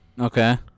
okay